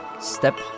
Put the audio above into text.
Step